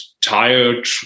tired